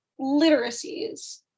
literacies